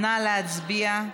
נא להצביע.